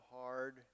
hard